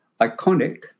iconic